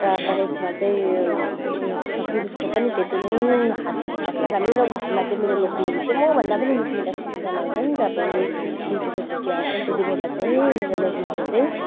र तर यसमा चाहिँ यो पुरुषको पनि त्यति नै हात हुनुपर्छ र मेरो घरमा चाहिँ मेरो लोग्नेले चाहिँ मभन्दा पनि मिठो मिठो खाना बनाउँछन् जब उनी ड्युटीको छुट्टी आउँछन् त्यतिबेला चाहिँ मेरो लोग्नेले चैँ